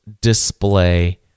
display